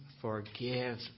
forgive